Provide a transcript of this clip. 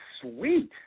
Sweet